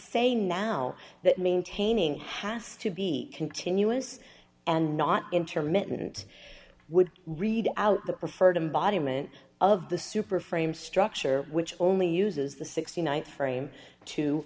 say now that maintaining has to be continuous and not intermittent would read out the preferred embodiment of the super frame structure which only uses the th frame to